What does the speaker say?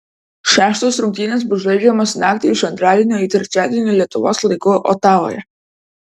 šeštos rungtynės bus žaidžiamos naktį iš antradienio į trečiadienį lietuvos laiku otavoje